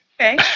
Okay